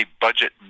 budget